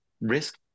risk